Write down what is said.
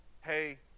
hey